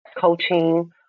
coaching